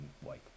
white